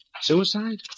Suicide